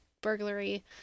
burglary